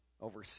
over